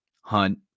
hunt